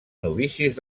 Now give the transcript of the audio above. novicis